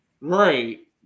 Right